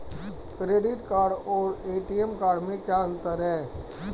Credit card और ATM card में क्या अंतर है?